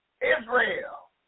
Israel